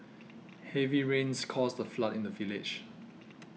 heavy rains caused a flood in the village